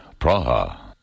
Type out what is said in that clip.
Praha